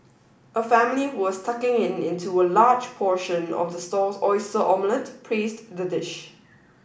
a family who was tucking in into a large portion of the stall's oyster omelette praised the dish